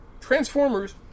Transformers